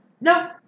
no